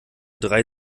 drei